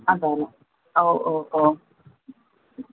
അതെയല്ലേ ഓ ഓ ഓ